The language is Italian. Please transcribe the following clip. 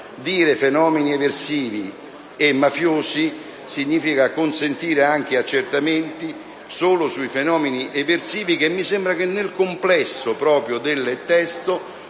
Dire «fenomeni eversivi e mafiosi» significa consentire anche accertamenti solo sui fenomeni eversivi, che mi sembra nel complesso del testo